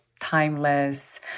timeless